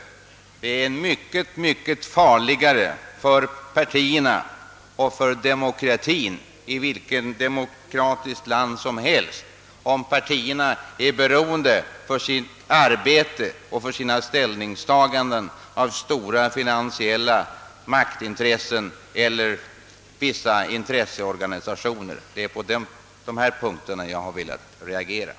Det är mycket farligare för partierna och för demokratien, vilket demokratiskt land det än må gälla, om partierna i sitt arbete och sina ställningstaganden är beroende av stora finansiella maktintressen eller vissa intresseorganisationer. Åtgärder i syfte att fördjupa och stärka det svenska folkstyret